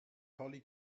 holly